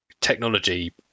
technology